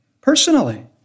Personally